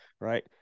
right